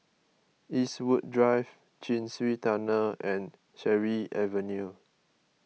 Eastwood Drive Chin Swee Tunnel and Cherry Avenue